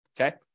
Okay